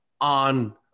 on